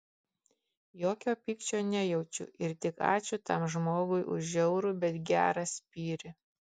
jokio pykčio nejaučiu ir tik ačiū tam žmogui už žiaurų bet gerą spyrį